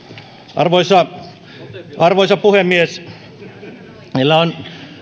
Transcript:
arvoisa arvoisa puhemies meillä on